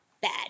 bad